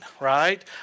right